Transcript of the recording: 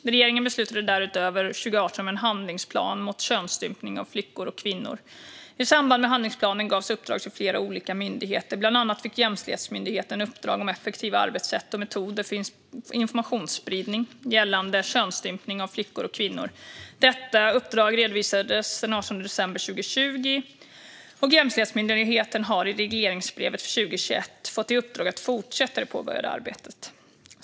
Regeringen beslutade därutöver 2018 om en handlingsplan mot könsstympning av flickor och kvinnor. I samband med handlingsplanen gavs uppdrag till flera olika myndigheter. Bland annat fick Jämställdhetsmyndigheten uppdrag om effektiva arbetssätt och metoder för informationsspridning gällande könsstympning av flickor och kvinnor. Detta uppdrag redovisades den 18 december 2020, och Jämställdhetsmyndigheten har i regleringsbrevet för 2021 fått i uppdrag att fortsätta det påbörjade arbetet.